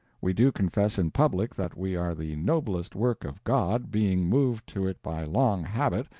we do confess in public that we are the noblest work of god, being moved to it by long habit,